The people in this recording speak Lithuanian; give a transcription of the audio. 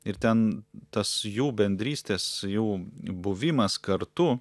ir ten tas jų bendrystės jų buvimas kartu